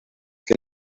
que